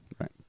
right